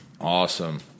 Awesome